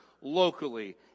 locally